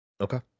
Okay